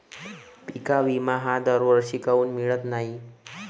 पिका विमा हा दरवर्षी काऊन मिळत न्हाई?